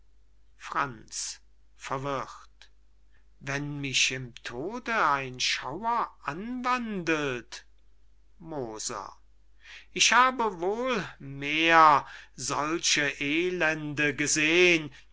franz verwirrt wenn mich im tode ein schauer anwandelt moser ich habe wohl mehr solche elende geseh'n